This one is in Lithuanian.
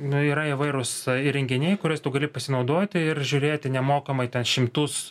nu yra įvairūs įrenginiai kuriais tu gali pasinaudoti ir žiūrėti nemokamai ten šimtus